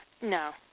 no